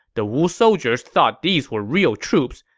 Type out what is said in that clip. the wu soldiers thought these were real troops,